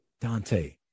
Dante